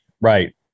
Right